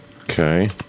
Okay